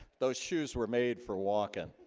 those shoes were made for walking